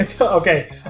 Okay